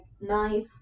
knife